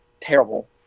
terrible